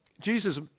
Jesus